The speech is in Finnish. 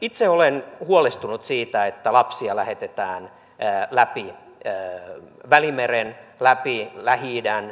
itse olen huolestunut siitä että lapsia lähetetään läpi välimeren läpi lähi idän